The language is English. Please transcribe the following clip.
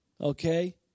okay